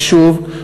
ושוב,